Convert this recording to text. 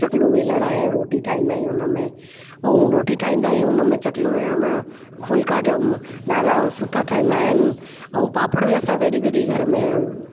चकलो वेलण आहे रोटी ठाहींदा आहियूं हुन में ऐं रोटी ठाहींदा आयूं हुन में चकलो वेलण फुल्का ॾाढा सुठा ठहंदा आहिनि ऐं पापड़ बि असां कॾहिं कॾहिं घर में